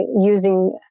using